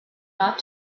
not